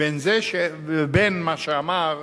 בין מה שאמר,